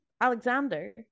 alexander